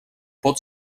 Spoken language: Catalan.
pot